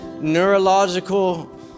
neurological